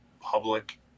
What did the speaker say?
public